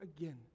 again